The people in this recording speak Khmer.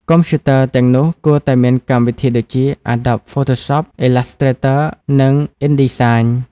កុំព្យូទ័រទាំងនោះគួរតែមានកម្មវិធីដូចជា Adobe Photoshop, Illustrator និង InDesign។